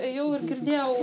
ėjau ir girdėjau